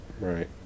Right